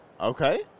Okay